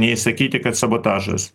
nei sakyti kad sabotažas